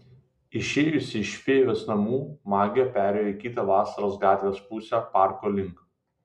išėjusi iš fėjos namų magė perėjo į kitą vasaros gatvės pusę parko link